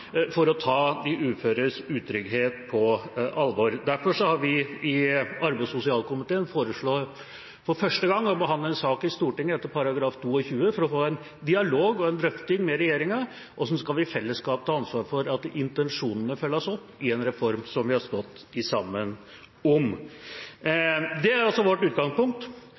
for å ta de uføres utrygghet på alvor. Derfor har vi i arbeids- og sosialkomiteen foreslått for første gang å behandle en sak i Stortinget etter § 22 i forretningsordenen, for å få en dialog og en drøfting med regjeringa om hvordan vi i fellesskap skal ta ansvar for at intensjonene følges opp i en reform som vi har stått sammen om. Det er vårt utgangspunkt.